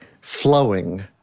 flowing